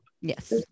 Yes